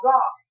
God